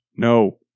No